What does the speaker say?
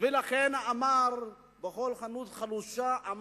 לכן אמר בקול ענות חלושה: